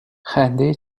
خنده